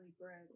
bread